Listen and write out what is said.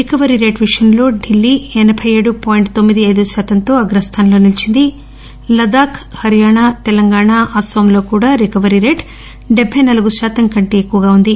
recovery rate విషయంలో ఢిల్లీ ఎనబై ఏడు పాయింట్ తొమ్మిది ఐదు శాతంతో అగ్రస్థానంలో నిలీచింది లాద్దాక్ హర్యానా తెలంగాణ అస్పాంలో కూడా రికవరీ రేటు డెబ్నె నాలుగు శాతం కంటే ఎక్కువగా ఉంది